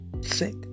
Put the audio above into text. sick